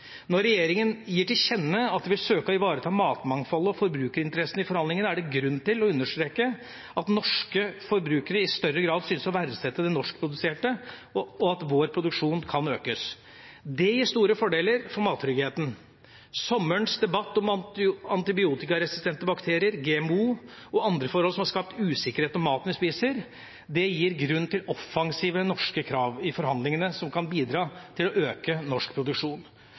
Når regjeringa gir til kjenne at de vil søke å ivareta matmangfoldet og forbrukerinteressene i forhandlingene, er det grunn til å understreke at norske forbrukere i større grad synes å verdsette det norskproduserte, og at vår produksjon kan økes. Det gir store fordeler for mattryggheten. Sommerens debatt om antibiotikaresistente bakterier, GMO og andre forhold som har skapt usikkerhet om maten vi spiser, gir grunn til offensive norske krav i forhandlingene som kan bidra til å øke norsk produksjon.